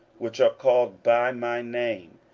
which are called by my name,